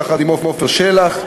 יחד עם עפר שלח,